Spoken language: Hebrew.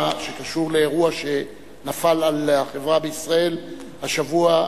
שקשור לאירוע שנפל על החברה בישראל השבוע,